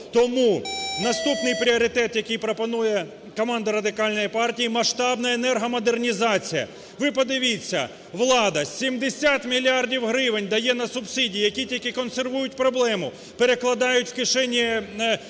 Тому наступний пріоритет, який пропонує команда Радикальної партії, – масштабна енергомодернізація. Ви подивіться, влада 70 мільярдів гривень дає на субсидії, які тільки консервують проблему, перекладають в кишеню сировинних